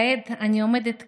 כעת אני עומדת כאן,